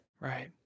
Right